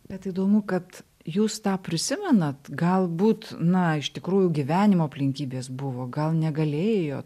bet įdomu kad jūs tą prisimenate galbūt na iš tikrųjų gyvenimo aplinkybės buvo gal negalėjo